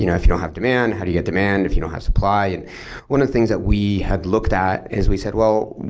you know if you don't have demand, how do you get demand, if you don't have supply? and one of the things that we have looked at is we said, well,